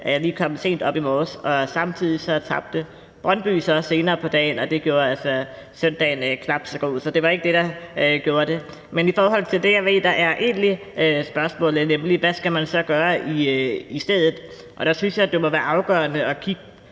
jeg lige kom for sent her til morgen. Samtidig tabte Brøndby så senere på dagen, og det gjorde altså søndagen knap så god. Så det var ikke det, der gjorde det. Men i forhold til det, der egentlig er spørgsmålet, nemlig hvad man så skal gøre i stedet, synes jeg, det må være afgørende at kigge